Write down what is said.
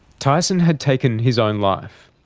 tyson had taken his own life.